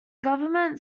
government